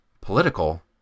political